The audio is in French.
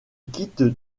quitte